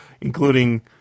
including